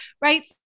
right